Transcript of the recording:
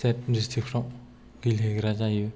state district फ्राव गेलेहैग्रा जायो